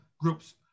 groups